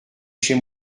chez